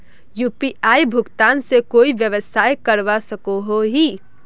UPI भुगतान से कोई व्यवसाय करवा सकोहो ही?